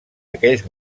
aquells